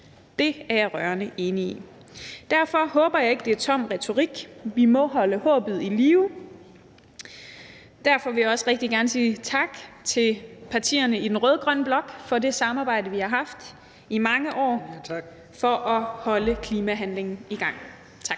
Det er jeg rørende enig i. Derfor håber jeg ikke, det er tom retorik. Vi må holde håbet i live. Derfor vil jeg også rigtig gerne sige tak til partierne i den rød-grønne blok for det samarbejde, vi har haft i mange år for at holde klimahandlingen i gang. Tak.